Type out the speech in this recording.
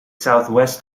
southwest